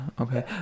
okay